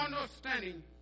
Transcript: understanding